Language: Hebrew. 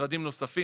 משרדים נוספים?